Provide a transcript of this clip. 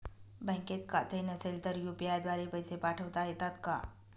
बँकेत खाते नसेल तर यू.पी.आय द्वारे पैसे पाठवता येतात का?